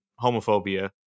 homophobia